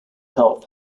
health